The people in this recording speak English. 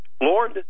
Lord